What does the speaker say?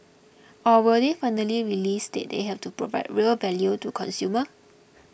or will they finally realise that they have to provide real value to consumers